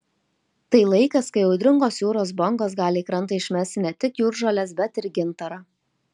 tai laikas kai audringos jūros bangos gali į krantą išmesti ne tik jūržoles bet ir gintarą